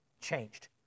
changed